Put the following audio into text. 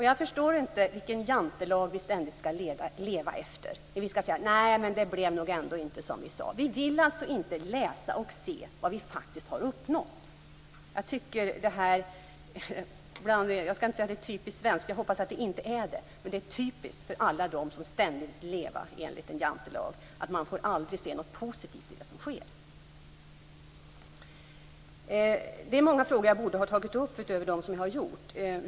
Jag förstår inte den jantelag vi ständigt skall leva efter. Vi skall säga: "Det blev nog ändå inte som vi sa." Vi vill inte läsa och se vad vi faktiskt har uppnått. Jag skall inte säga att det är typiskt svenskt. Jag hoppas att det inte är det. Men det är typiskt för alla dem som ständigt lever enligt en Jantelag att aldrig se något positivt i det som sker. Det är många frågor som jag borde ha tagit upp utöver de jag berört.